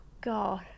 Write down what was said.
God